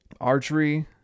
archery